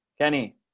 Kenny